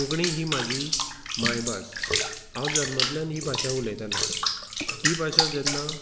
कोंकणी ही म्हाजी मायभास हांव जल्मांतल्यान ही भाशा उलयतालो ही भाशा जेन्ना